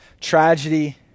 tragedy